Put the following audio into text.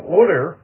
order